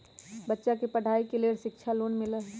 बच्चा के पढ़ाई के लेर शिक्षा लोन मिलहई?